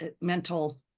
mental